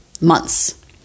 months